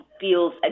feels